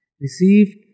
received